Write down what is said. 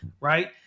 right